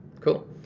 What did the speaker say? Cool